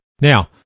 Now